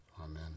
Amen